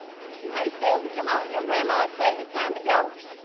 pretty soon, hey suzy, come on your grandma say it's time to go.